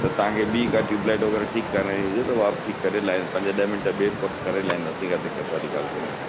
त तव्हांखे ॿीं का ट्यूब्लाइट वग़ैरह ठीकु कराइणी हुजे त उहा बि ठीकु करे लाए पंज ॾह मिंट ॿिया बि कमु करे लाहींदासीं का दिक़त वारी ॻाल्हि कोन्हे